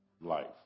life